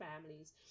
families